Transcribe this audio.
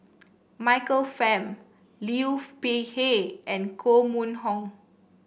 Michael Fam Peihe and Koh Mun Hong